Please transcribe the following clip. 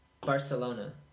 Barcelona